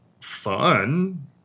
fun